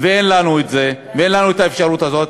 ואין לנו האפשרות הזאת.